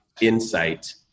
insight